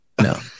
no